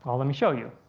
um let me show you.